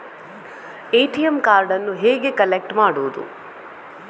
ATM ಕಾರ್ಡನ್ನು ಹೇಗೆ collect ಮಾಡುವುದು?